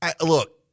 Look